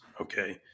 okay